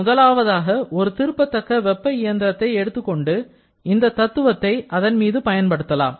முதலாவதாக ஒரு திருப்பத்தக்க வெப்ப இயந்திரத்தை எடுத்துக்கொண்டு இந்த தத்துவத்தை அதன் மீது பயன்படுத்தலாம்